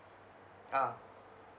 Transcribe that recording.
ah